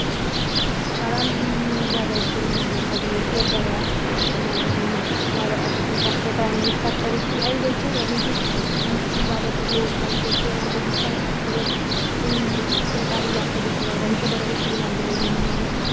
साढ़ै जैदा इद्धर मतलब कि ऐग्रीकल्चर दा गै ऐ इन्ना जैदा सैक्टर ऐ ऐग्रीकल्चर क्योंकि जैदातर लोग ऐग्रीकलचर करदे जित्थै उप्पर प्हाड़ी लाकें दिक्खेआ जाऽ तां लोग बड़ा किश लांदे